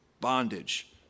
bondage